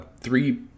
three